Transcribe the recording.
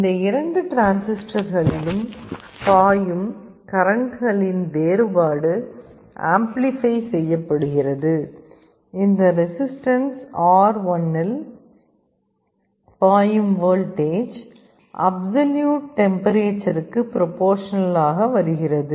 இந்த இரண்டு டிரான்சிஸ்டர்களிலும் பாயும் கரன்ட்களின் வேறுபாடு ஆம்ப்ளிபை செய்யப்படுகிறது இந்த ரெசிஸ்டன்ஸ் R1 இல் பாயும் வோல்டேஜ் அப்சலியூட் டெம்பரேச்சருக்கு ப்ரொபோர்ஷனல் ஆக வருகிறது